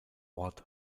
ort